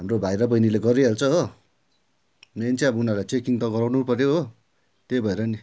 हाम्रो भाइ र बहिनीले गरिहाल्छ हो मेन चाहिँ अब उनीहरूलाई त अब चेक इन त गराउनु पर्यो हो त्यही भएर नि